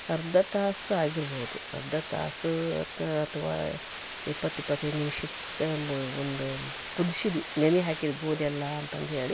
ಅರ್ಧ ತಾಸು ಆಗಿರ್ಬೋದು ಅರ್ಧ ತಾಸು ಅಥವಾ ಇಪ್ಪತ್ತು ಇಪ್ಪತ್ತೈದು ನಿಮ್ಷದ ಮ್ ಒಂದು ಕುದಿಸಿದ್ವಿ ನೆನೆ ಹಾಕಿರ್ಬೊದೆಲ್ಲ ಅಂತ ಅಂತೇಳಿ